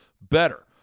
better